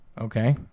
Okay